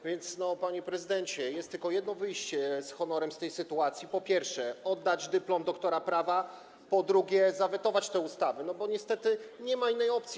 A zatem, panie prezydencie, jest tylko jedno wyjście z honorem z tej sytuacji: po pierwsze, oddać dyplom doktora prawa, po drugie, zawetować te ustawy, bo niestety nie ma innej opcji.